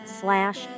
slash